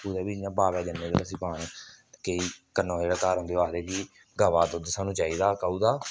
कुतै बी इ'यां बाबे दे जन्ने आं उसी पान ते केईं कन्नै जेह्ड़े घर होंदे ओह् आखदे जी गवा दा दुद्ध सानूं चाहिदा काऊ दा